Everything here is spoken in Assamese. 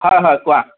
হয় হয় কোৱা